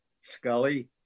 Scully